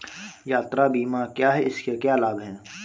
यात्रा बीमा क्या है इसके क्या लाभ हैं?